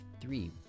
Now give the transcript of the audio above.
three